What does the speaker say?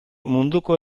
munduko